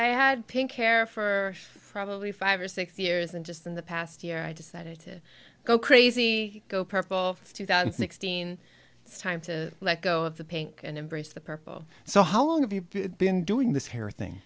i had pink hair for probably five or six years and just in the past year i decided to go crazy go purple two thousand and sixteen it's time to let go of the pink and embrace the purple so how long have you been doing this hair